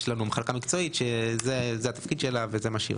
יש לנו מחלקה מקצועית שזה התפקיד שלה וזה מה שהיא עושה.